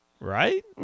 right